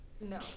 No